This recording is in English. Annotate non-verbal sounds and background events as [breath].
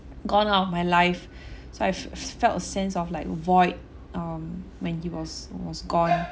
gone out of my life [breath] so I f~ felt a sense of like void um when he was he was gone